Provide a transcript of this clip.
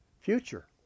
Future